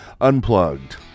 Unplugged